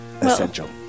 essential